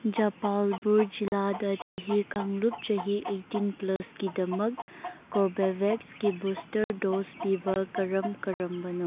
ꯖꯄꯥꯜꯄꯨꯔ ꯖꯤꯜꯂꯥꯗ ꯆꯍꯤ ꯀꯥꯡꯂꯨꯞ ꯆꯍꯤ ꯑꯩꯠꯇꯤꯟ ꯄ꯭ꯂꯁꯀꯤꯗꯃꯛ ꯀꯣꯔꯕꯦꯕꯦꯛꯁꯀꯤ ꯕꯨꯁꯇꯔ ꯗꯣꯁ ꯄꯤꯕ ꯀꯔꯝ ꯀꯔꯝꯕꯅꯣ